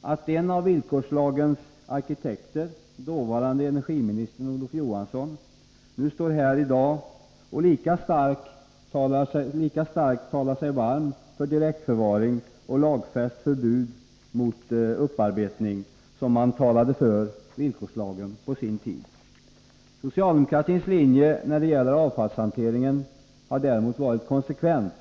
att en av villkorslagens arkitekter, dåvarande energiministern Olof Johansson, i dag står här och talar lika starkt för direktförvaring och lagfäst förbud mot upparbetning som han på den tiden talade för villkorslagen. Socialdemokratins linje när det gäller avfallshanteringen har däremot varit konsekvent.